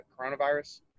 coronavirus